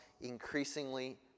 increasingly